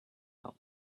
out